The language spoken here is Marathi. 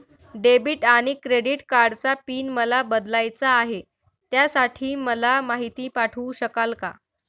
डेबिट आणि क्रेडिट कार्डचा पिन मला बदलायचा आहे, त्यासाठी मला माहिती पाठवू शकाल का?